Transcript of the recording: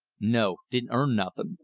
no. didn't earn nothing.